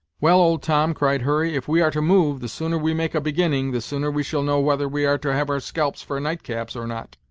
well, old tom, cried hurry, if we are to move, the sooner we make a beginning, the sooner we shall know whether we are to have our scalps for night-caps, or not.